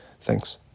thanks